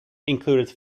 included